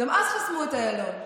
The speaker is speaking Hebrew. גם אז חסמו את איילון,